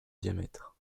diamètre